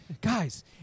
guys